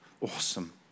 awesome